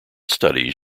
studies